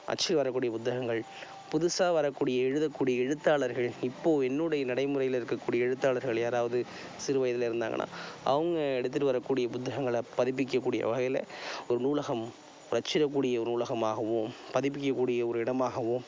அச்சு வரக்கூடிய புத்தகங்கள் புதுசாக வரக்கூடிய எழுதக்கூடிய எழுத்தாளர்கள் இப்போது என்னுடைய நடைமுறையில் இருக்கக்கூடிய எழுத்தாளர்கள் யாராவது சிறு வயதில் இருந்தாங்கனால் அவங்க எடுத்துட்டு வரக்கூடிய புத்தகங்களை பதிப்பிக்கக்கூடிய வகையில் ஒரு நூலகம் ஒரு அச்சிடக்கூடிய ஒரு நூலகமாகவும் பதிப்பிக்கக்கூடிய ஒரு இடமாகவும்